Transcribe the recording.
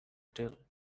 tell